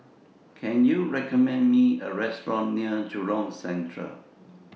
Can YOU recommend Me A Restaurant near Jurong Central